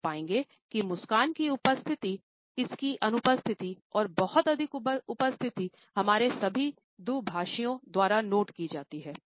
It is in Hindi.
तो आप पाएंगे कि मुस्कान की उपस्थिति इसकी अनुपस्थिति और बहुत अधिक उपस्थिति हमारे सभी दुभाषियों द्वारा नोट की जाती हैं